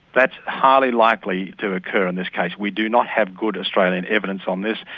that's highly likely to occur in this case. we do not have good australian evidence on this.